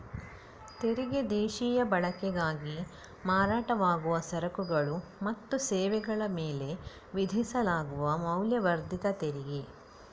ತೆರಿಗೆ ದೇಶೀಯ ಬಳಕೆಗಾಗಿ ಮಾರಾಟವಾಗುವ ಸರಕುಗಳು ಮತ್ತು ಸೇವೆಗಳ ಮೇಲೆ ವಿಧಿಸಲಾಗುವ ಮೌಲ್ಯವರ್ಧಿತ ತೆರಿಗೆ